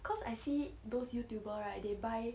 cause I see those youtuber right they buy